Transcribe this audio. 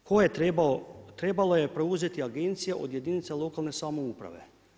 Tko je trebao, trebala je preuzeti agencija od jedinica lokalne samouprave.